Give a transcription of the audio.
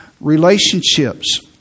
relationships